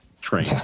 train